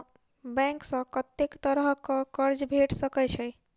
Bank सऽ कत्तेक तरह कऽ कर्जा भेट सकय छई?